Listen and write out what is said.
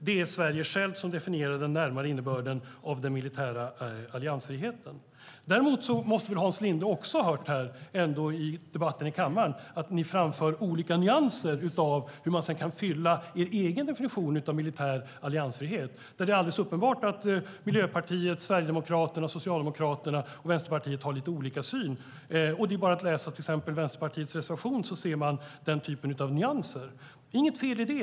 Det är Sverige självt som definierar den närmare innebörden av den militära alliansfriheten. Däremot måste väl Hans Linde också ha hört i debatten i kammaren att ni framför olika nyanser av hur man kan fylla er egen definition av militär alliansfrihet. Det är alldeles uppenbart att Miljöpartiet, Sverigedemokraterna, Socialdemokraterna och Vänsterpartiet har lite olika syn på detta. Det är bara att läsa till exempel Vänsterpartiets reservation för att se den typen av nyansskillnader. Det är inget fel i det.